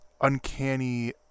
Uncanny